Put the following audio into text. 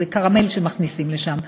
זה קרמל שמכניסים לשם,